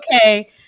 okay